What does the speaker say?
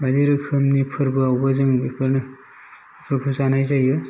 बायदि रोखोमनि फोरबो आवबो जों बेफोर बेदरखौ जानाय जायो